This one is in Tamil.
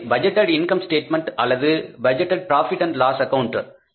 எனவே பட்ஜெட்டேட் இன்கம் ஸ்டேட்மெண்ட் அல்லது இது budgeted profit and loss account